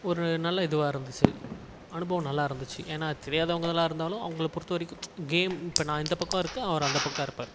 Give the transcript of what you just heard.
ஒரு நல்ல இதுவாக இருந்துச்சு அனுபவம் நல்லாருந்துச்சு ஏன்னா தெரியாதவங்களா இருந்தாலும் அவங்கள பொறுத்த வரைக்கும் கேம் இப்போ நான் இந்த பக்கம் இருக்கேன் அவர் அந்த பக்கம் இருப்பார்